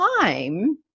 time